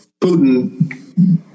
Putin